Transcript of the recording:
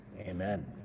amen